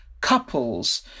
couples